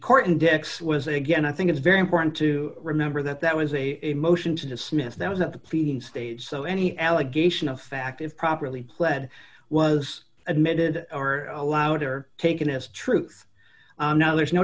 court index was again i think it's very important to remember that that was a motion to dismiss that was at the pleading stage so any allegation of fact if properly pled was admitted or allowed or taken as truth now there's no